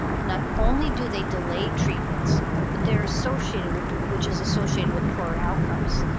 not only do they delay treatments but they're associated with which is associated with poor outcomes.